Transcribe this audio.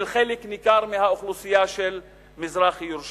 חלק ניכר מהאוכלוסייה של מזרח-ירושלים.